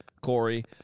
Corey